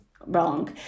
wrong